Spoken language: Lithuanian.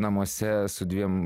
namuose su dviem